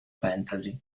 fantasy